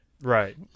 Right